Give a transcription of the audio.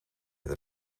het